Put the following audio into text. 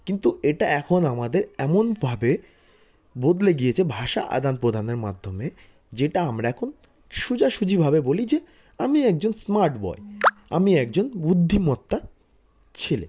কিন্তু এটা এখন আমাদের এমনভাবে বদলে গিয়েছে ভাষা আদান প্রদানের মাধ্যমে যেটা আমরা এখন সোজাসুজি ভাবে বলি যে আমি একজন স্মাট বয় আমি একজন বুদ্ধিমত্তা ছেলে